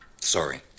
Sorry